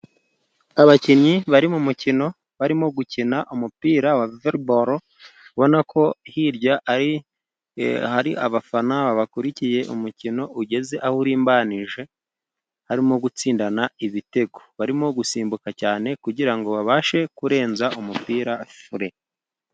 Abakinnyi bari mu mukino ,barimo gukina umupira wa volebolo, ubona ko hirya hari abafana bakurikiye Umukino ugeze aho urimbanije, harimo gutsindana ibitego, barimo gusimbuka cyane kugira ngo babashe kurenza umupira fire.